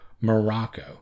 Morocco